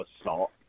assault